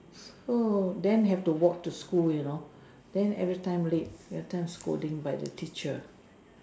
oh then have to walk to school you know then every time late every time scolding by the teacher